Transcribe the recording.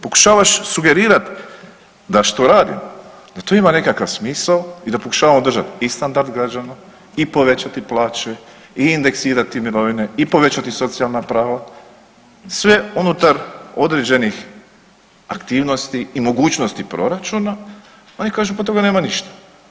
Pokušavaš sugerirati da što radimo da to ima nekakav smisao i da pokušavamo održati i standard građana, i povećati plaće, i indeksirati mirovine, i povećati socijalna prava sve unutar određenih aktivnosti i mogućnosti proračuna, oni kažu pa od toga nema ništa.